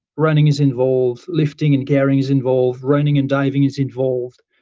running is involved, lifting and carrying is involved, running and diving is involved.